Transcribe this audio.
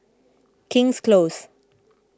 King's Close